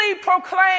proclaim